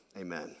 amen